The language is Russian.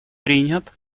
принят